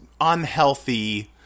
unhealthy